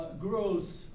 grows